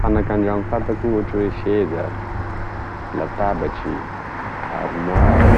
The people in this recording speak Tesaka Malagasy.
Fanaka andragno fantako ohatry oe seza, latabatry, armoara,